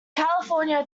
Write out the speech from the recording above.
california